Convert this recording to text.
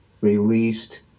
released